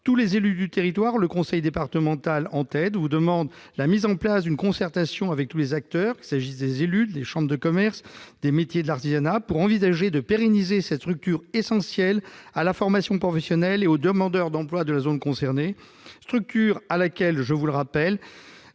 tous les élus du territoire, le conseil départemental en tête, vous demandent la mise en place d'une concertation avec tous les acteurs- élus, chambres de commerce, des métiers et de l'artisanat ... -pour envisager de pérenniser cette structure essentielle à la formation professionnelle et aux demandeurs d'emploi de la zone concernée. Une structure dans laquelle l'État, je vous le rappelle,